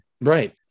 Right